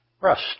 rest